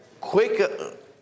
quick